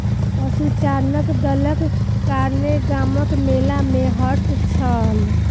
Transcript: पशुचारणक दलक कारणेँ गामक मेला में हर्ष छल